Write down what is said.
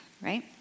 right